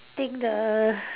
think the